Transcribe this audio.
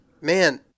man